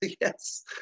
yes